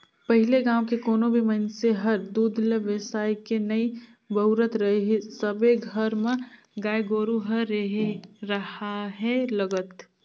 पहिले गाँव के कोनो भी मइनसे हर दूद ल बेसायके नइ बउरत रहीस सबे घर म गाय गोरु ह रेहे राहय लगत